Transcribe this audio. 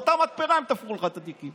או באותה מתפרה הם תפרו לך את התיקים?